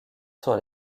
sur